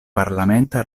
parlamenta